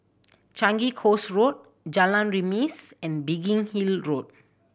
Changi Coast Road Jalan Remis and Biggin Hill Road